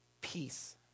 peace